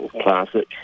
classic